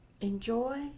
Enjoy